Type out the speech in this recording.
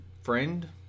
friend